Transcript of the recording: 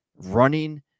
Running